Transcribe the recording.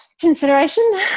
consideration